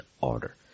order